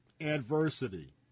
adversity